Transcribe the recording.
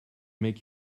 make